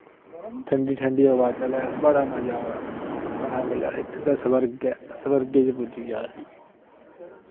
ठंडी ठंडी हवा चलै बड़ा मजा आवै असें बोलेआ इत्थै ते स्वर्ग ऐ स्वर्गे च पुज्जी गे असी जी